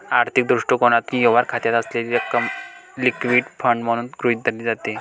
आर्थिक दृष्टिकोनातून, व्यवहार खात्यात असलेली रक्कम लिक्विड फंड म्हणून गृहीत धरली जाते